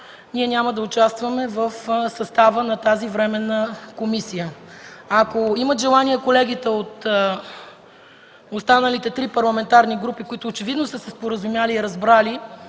няма да участваме в състава на тази временна комисия. Ако имат желание колегите от останалите три парламентарни групи, които очевидно са се споразумели и разбрали